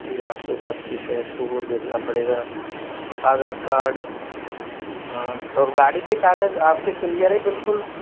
जी आठ सौ पच्चीस है तो वो देखना पड़ेगा और आधार कार्ड हाँ और गाड़ी के कागज़ आपके किलीयर हैं बिल्कुल